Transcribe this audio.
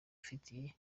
ifitiye